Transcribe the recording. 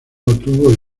tuvo